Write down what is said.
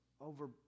over